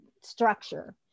structure